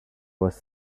was